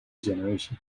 generation